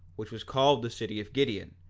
which was called the city of gideon,